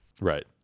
right